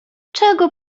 czego